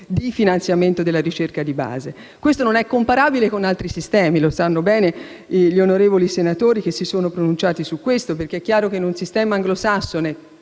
di finanziamento della ricerca di base. Questo non è comparabile con altri sistemi, come sanno bene gli onorevoli senatori che si sono pronunciati sul punto, perché è chiaro che in un sistema anglosassone,